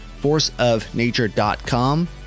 forceofnature.com